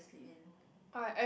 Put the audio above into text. sleep in